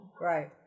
Right